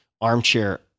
Armchair